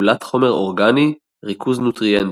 תכולת חומר אורגני, ריכוז נוטריינטים.